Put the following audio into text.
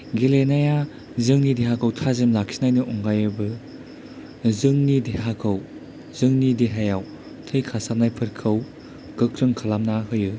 गेलेनाया जोंनि देहाखौ थाजिम लाखिनायनि अनगायैबो जोंनि देहाखौ जोंनि देहायाव थै खारसारनायफोरखौ गोख्रों खालामना होयो